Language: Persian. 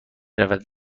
رود